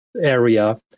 Area